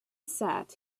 sat